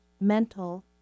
mental